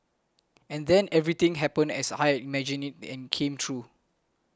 and then everything happened as I had imagined it and came true